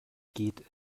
geht